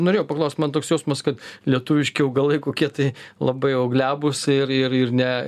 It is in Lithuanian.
norėjau paklaust man toks jausmas kad lietuviški augalai kokie tai labai jau glebūs ir ir ir ne